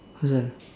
Fazal